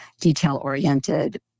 detail-oriented